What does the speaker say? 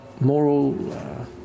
moral